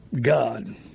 God